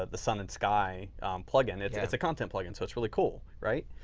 the sun and sky plugin, it's it's a content plugin. so, it's really cool. right?